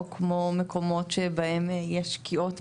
או מקרים שבהם יש פגיעות בקרקע,